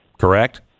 correct